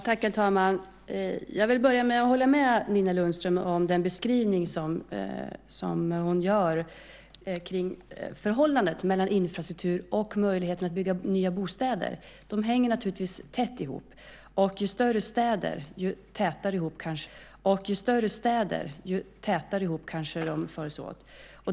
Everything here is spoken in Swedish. Herr talman! Jag vill börja med att instämma i Nina Lundströms beskrivning av förhållandet mellan infrastruktur och möjligheten att bygga nya bostäder. De hänger naturligtvis tätt ihop. I större städer följs de åt ännu tätare.